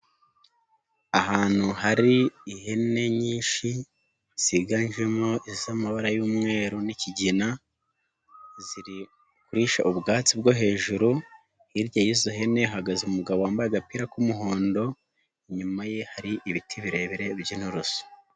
Ahantu hari ihene nyinshi ziganjemo iz'amabara y'umweru n'ikigina, ziri kurisha ubwatsi bwo hejuru, hirya y'izo hene hahagaze umugabo wambaye agapira k'umuhondo, inyuma ye hari ibiti birebire by'inturusu.